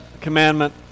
commandment